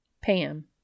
Pam